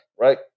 right